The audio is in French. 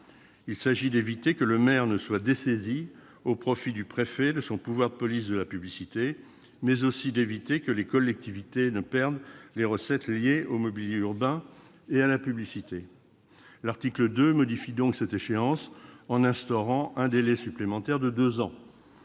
Il s'agit ainsi d'éviter que le maire ne soit dessaisi, au profit du préfet, de son pouvoir de police de la publicité, mais aussi d'éviter que les collectivités ne perdent les recettes liées au mobilier urbain et à la publicité. L'article 2 modifie donc cette échéance en instaurant un délai supplémentaire de deux ans.